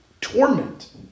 torment